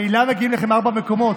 ממילא מגיעים לכם ארבעה מקומות.